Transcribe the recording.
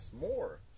more